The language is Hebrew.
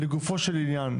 לגופו של עניין,